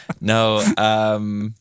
No